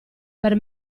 per